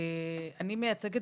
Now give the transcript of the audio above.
אני מייצגת